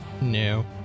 No